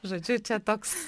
žodžiu čia toks